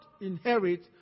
inherit